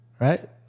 right